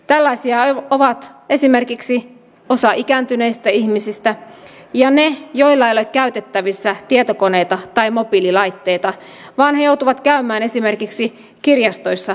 tällaisia ovat esimerkiksi osa ikääntyneistä ihmisistä ja ne joilla ei ole käytettävissä tietokoneita tai mobiililaitteita vaan jotka joutuvat käymään esimerkiksi kirjastoissa hoitamassa asioitaan